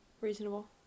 Reasonable